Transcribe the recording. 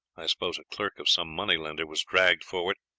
i suppose a clerk of some moneylender, was dragged forward.